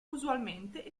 usualmente